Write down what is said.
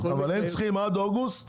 אבל הם צריכים עד אוגוסט